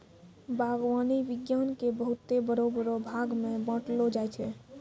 बागवानी विज्ञान के बहुते बड़ो बड़ो भागमे बांटलो जाय छै